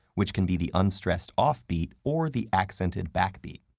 which can be the unstressed off beat or the accented back beat.